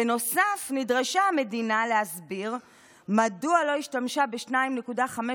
בנוסף נדרשה המדינה להסביר מדוע לא השתמשה ב-2.5